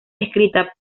escritas